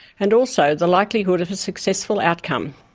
and also the likelihood of successful outcome.